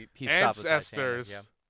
ancestors